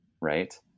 right